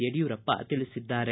ಯಡಿಯೂರಪ್ಪ ತಿಳಿಸಿದ್ದಾರೆ